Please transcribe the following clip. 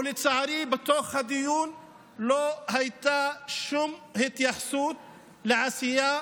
ולצערי בתוך הדיון לא הייתה שום התייחסות לעשייה